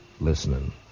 listening